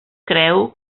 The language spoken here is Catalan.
creu